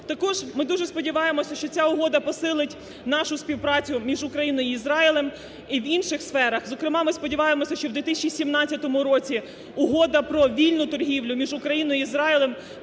Також ми дуже сподіваємось, що ця угода посилить нашу співпрацю між Україною і Ізраїлем і в інших сферах. Зокрема, ми сподіваємось, що в 2017 році Угода про вільну торгівлю між Україною і Ізраїлем